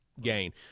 gain